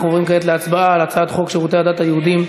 אנחנו עוברים כעת להצבעה על הצעת חוק שירותי הדת היהודיים.